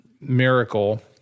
Miracle